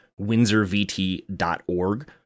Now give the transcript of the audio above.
windsorvt.org